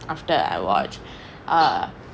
after I watch uh